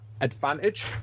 advantage